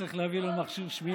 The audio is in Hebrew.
צריך להביא לו מכשיר שמיעה.